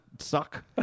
suck